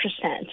percent